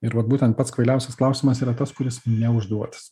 ir vat būtent pats kvailiausias klausimas yra tas kuris neužduotas